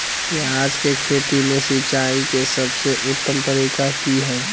प्याज के खेती में सिंचाई के सबसे उत्तम तरीका की है?